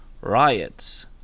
riots